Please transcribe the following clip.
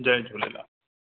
Jay Jhulelal